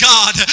God